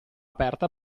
aperta